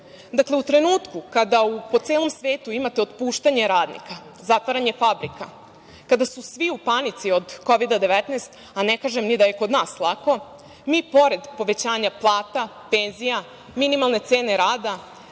u Trenutku kada po celom svetu imate otpuštanje radnika, zatvaranje fabrika, kada su svi u panici od Kovida-19, a ne kažem ni da je kod nas lako, mi pored povećanja plata, penzija, minimalne cene rada,